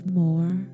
more